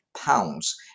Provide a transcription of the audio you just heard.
pounds